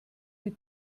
die